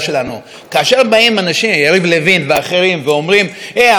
כאשר באים יריב לוין ואחרים ואומרים: אנחנו רוצים,